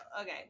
okay